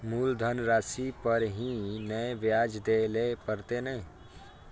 मुलधन राशि पर ही नै ब्याज दै लै परतें ने?